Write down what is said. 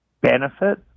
benefit